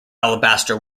alabaster